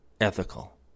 ethical